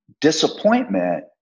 disappointment